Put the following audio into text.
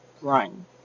run